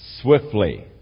swiftly